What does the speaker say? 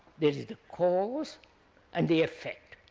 there is the cause and the effect.